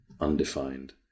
undefined